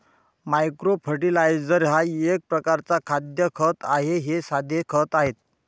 micro fertiliser हा एक प्रकारचा खाद्य खत आहे हे साधे खते आहेत